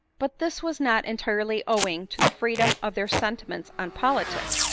but this was not entirely owing to the freedom of their sentiments on politics,